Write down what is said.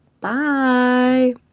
Bye